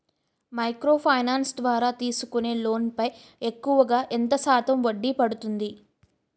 Micro finance ద్వారా తీసుకునే loan పై ఎక్కువుగా ఎంత శాతం వడ్డీ పడుతుంది?